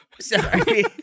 Sorry